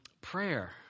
Prayer